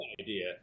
idea